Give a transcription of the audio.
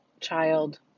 child